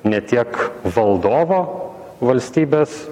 ne tiek valdovo valstybės